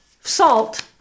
salt